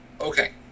Okay